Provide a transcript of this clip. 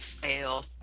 Fail